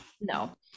No